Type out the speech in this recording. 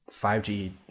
5G